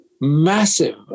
massive